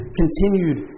continued